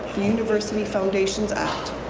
university foundations act.